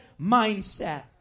mindset